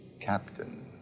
Captain